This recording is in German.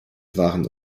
waren